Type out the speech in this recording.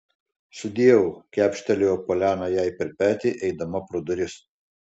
sudieu kepštelėjo poliana jai per petį eidama pro duris